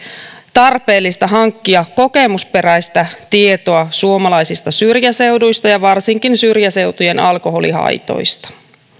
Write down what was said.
tarpeellista hankkia kokemusperäistä tietoa suomalaisista syrjäseuduista ja varsinkin syrjäseutujen alkoholihaitoista